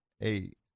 eight